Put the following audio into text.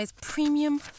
premium